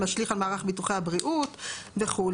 משליך על מערך ביטוחי הבריאות וכו'.